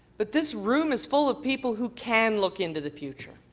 but this room is full ah people who can look into the future.